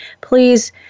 please